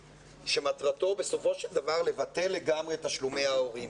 שמטרתו בסופו של דבר לבטל לגמרי את תשלומי ההורים.